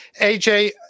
AJ